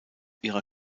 ihrer